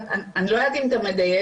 אני לא יודעת אם אתה מדייק,